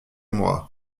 mois